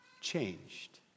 changed